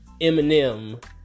Eminem